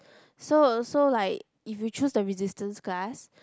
so so like if you choose the Resistance Class